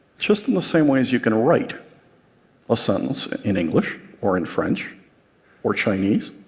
just in the same way as you can write a sentence in english or in french or chinese,